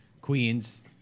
Queens